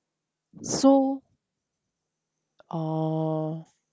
so orh